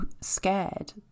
scared